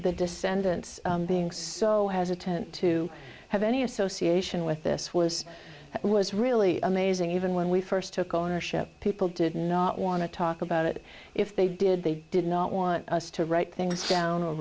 descendants being so has a tent to have any association with this was that was really amazing even when we first took ownership people did not want to talk about it if they did they did not want us to write things down